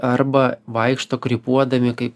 arba vaikšto krypuodami kaip